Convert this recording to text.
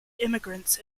immigrants